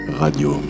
radio